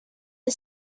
the